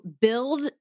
build